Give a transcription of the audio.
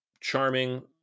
charming